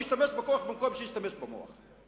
הוא ישתמש בכוח במקום להשתמש במוח.